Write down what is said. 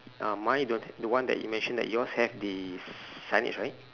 uh mine don't h~ the one that you mentioned that yours have the signage right